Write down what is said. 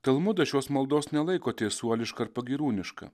talmudas šios maldos nelaiko teisuoliška ar pagyrūniška